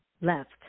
left